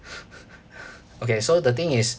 okay so the thing is